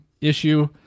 issue